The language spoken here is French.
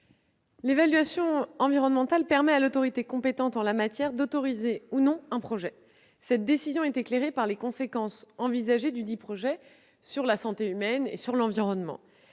l'évaluation environnementale permet à l'autorité compétente en la matière d'autoriser ou non un projet. Cette décision est éclairée par les conséquences envisagées dudit projet sur la santé humaine et sur l'environnement.